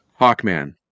Hawkman